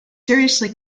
seriously